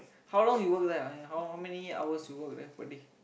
how long you work there ah how how many hours you work there per day